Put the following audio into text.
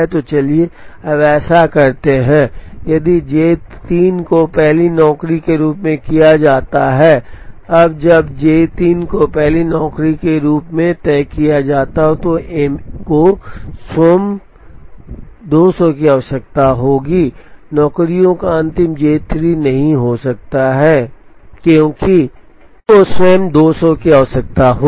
तो चलिए अब ऐसा करते हैं यदि J 3 को पहली नौकरी के रूप में तय किया जाता है अब जब J 3 को पहली नौकरी के रूप में तय किया जाता है तो M 1 को स्वयं 200 की आवश्यकता होगी